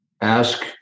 ask